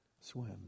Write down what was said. swim